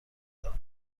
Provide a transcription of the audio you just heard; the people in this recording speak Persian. دارم